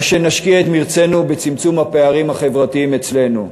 או שנשקיע את מרצנו בצמצום הפערים החברתיים אצלנו?